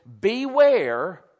beware